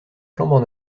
flambant